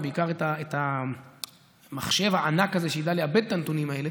ובעיקר את המחשב הענק הזה שידע לעבד את הנתונים האלה